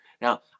Now